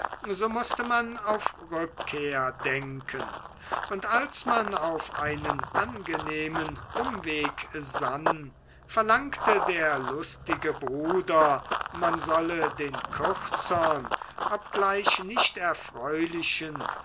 so mußte man auf rückkehr denken und als man auf einen angenehmen umweg sann verlangte der lustige bruder man solle den kürzern obgleich nicht erfreulichen